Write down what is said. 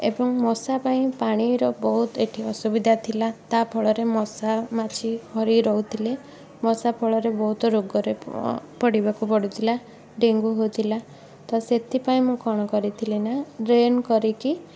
ଏବଂ ମଶା ପାଇଁ ପାଣିର ବହୁତ ଏଠି ଅସୁବିଧା ଥିଲା ତା ଫଳରେ ମଶା ମାଛି ଘରେ ରହୁଥିଲେ ମଶା ଫଳରେ ବହୁତ ରୋଗରେ ପଡ଼ିବାକୁ ପଡ଼ୁଥିଲା ଡେଙ୍ଗୁ ହେଉଥିଲା ତ ସେଥିପାଇଁ ମୁଁ କ'ଣ କରିଥିଲି ନା ଡ୍ରେନ୍ କରିକି